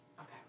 Okay